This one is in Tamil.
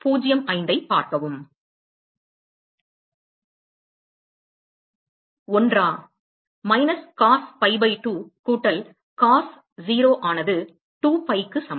மைனஸ் cos pi பை 2 கூட்டல் cos 0 ஆனது 2 pi இக்கு சமம்